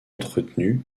entretenue